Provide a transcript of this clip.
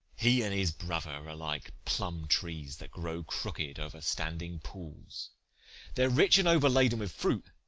he and his brother are like plum-trees that grow crooked over standing-pools they are rich and o'erladen with fruit,